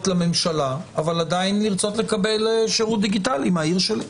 לממשלה אבל עדיין לרצות לקבל שירות דיגיטלי מהעיר שלי.